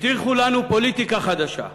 הבטיחו לנו פוליטיקה חדשה,